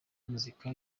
muzika